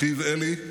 אחיו אלי,